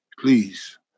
please